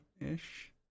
ish